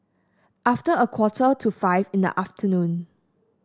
after a quarter to five in the afternoon